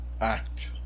act